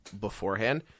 beforehand